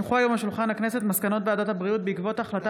ינון אזולאי, יעקב אשר,